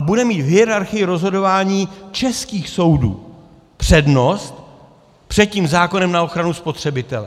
Bude mít v hierarchii rozhodování českých soudů přednost před tím zákonem na ochranu spotřebitele.